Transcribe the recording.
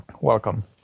Welcome